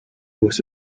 was